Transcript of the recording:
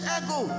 ego